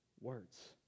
words